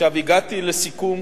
הגעתי לסיכום